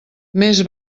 més